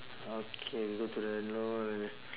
okay we go to the know the